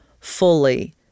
fully